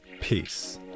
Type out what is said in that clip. peace